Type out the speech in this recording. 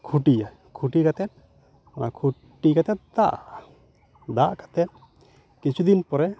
ᱠᱷᱴᱤᱭᱟᱭ ᱠᱷᱩᱴᱤ ᱠᱟᱛᱮᱫ ᱚᱱᱟ ᱠᱷᱩᱴᱤ ᱠᱟᱛᱮᱫ ᱫᱟᱜᱟᱜᱼᱟ ᱫᱟᱜ ᱠᱟᱛᱮᱫ ᱠᱤᱪᱷᱩᱫᱤᱱ ᱯᱚᱨᱮ